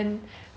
I just